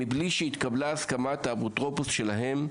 מבלי שהתקבלה הסכמת האפוטרופוס שלהם.